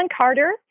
Carter